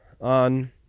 on